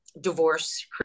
divorce